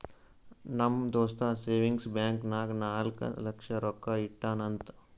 ನಮ್ ದೋಸ್ತ savings bank ನಾಗ್ ನಾಲ್ಕ ಲಕ್ಷ ರೊಕ್ಕಾ ಇಟ್ಟಾನ್ ಅಂತ್